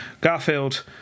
Garfield